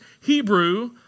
Hebrew